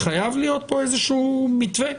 חייב להיות פה איזשהו מתווה.